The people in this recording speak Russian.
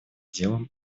делом